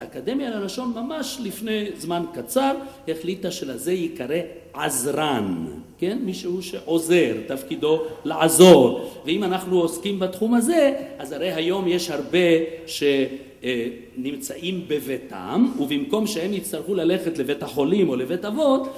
האקדמיה ללשון ממש לפני זמן קצר החליטה שלזה יקרא עזרן, כן? מישהו שעוזר, תפקידו לעזור ואם אנחנו עוסקים בתחום הזה אז הרי היום יש הרבה שנמצאים בביתם ובמקום שהם יצטרכו ללכת לבית החולים או לבית אבות